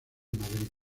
madrid